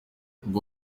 ngo